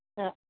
हो